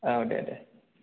औ दे दे